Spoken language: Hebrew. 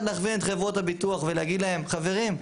נכווין את חברות הביטוח ונגיד להם חברים,